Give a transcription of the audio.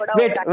wait